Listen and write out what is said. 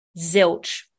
Zilch